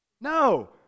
No